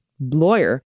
lawyer